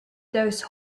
those